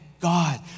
God